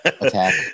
Attack